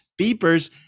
beepers